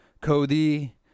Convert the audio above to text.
Cody